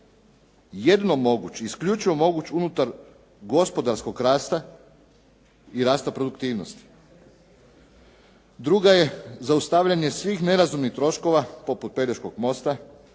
jedino moguć, isključivo moguć unutar gospodarskog rasta i rasta produktivnosti. Druga je zaustavljanje svih nerazumnih troškova poput Pelješkog mosta,